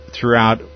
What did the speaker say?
throughout